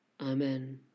Amen